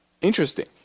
interesting